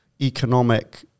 economic